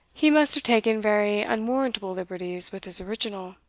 he must have taken very unwarrantable liberties with his original.